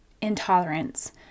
intolerance